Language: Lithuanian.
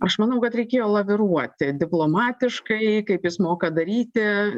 aš manau kad reikėjo laviruoti diplomatiškai kaip jis moka daryti